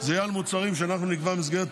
זה יהיה על מוצרים שאנחנו נקבע במסגרת תוספת,